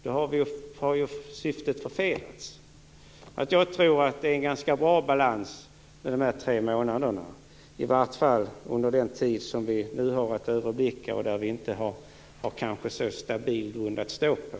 Då har syftet förfelats. Jag tror att det är en ganska bra balans med de tre månaderna - i varje fall under den tid som vi nu har att överblicka och där det inte finns en så stabil grund att stå på.